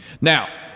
now